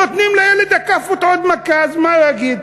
נותנים לילד הכאפות עוד מכה, אז מה יגיד?